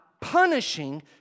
punishing